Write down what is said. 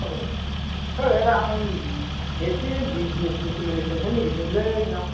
औ ओइ आदा आं एसे बिजिनेसनि सोमोन्दै सोंहरनो नागेरदोंमोनलै नोंनाव